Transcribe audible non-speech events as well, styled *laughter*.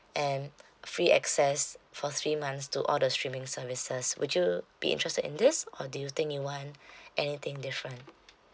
and free access for three months to all the streaming services would you be interested in this or do you think you want *breath* anything different